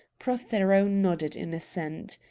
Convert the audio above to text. prothero nodded in assent.